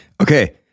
Okay